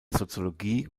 soziologie